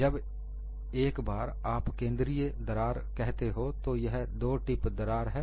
जब एक बार आप केंद्रीय दरार कहते हो तो यह दो टिप दरार है